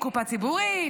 קופה ציבורית,